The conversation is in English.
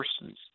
persons